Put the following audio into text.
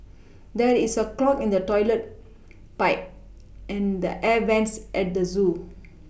there is a clog in the toilet pipe and the air vents at the zoo